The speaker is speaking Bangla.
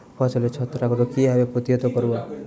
ফসলের ছত্রাক রোগ কিভাবে প্রতিহত করব?